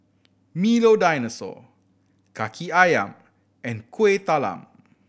Milo Dinosaur Kaki Ayam and Kuih Talam